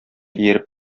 ияреп